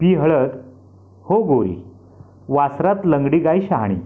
P हळद हो गोरी वासरात लंगडी गाय शहाणी